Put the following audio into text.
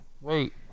wait